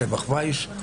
שבח וייס,